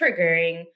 triggering